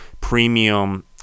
premium